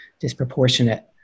disproportionate